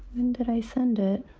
did i send it?